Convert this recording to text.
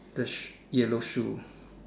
the shoe yellow shoe